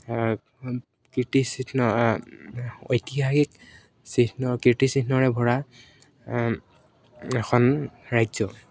কীৰ্তিচিহ্ন ঐতিহাসিক চিহ্ন কীৰ্তিচিহ্নৰে ভৰা এখন ৰাজ্য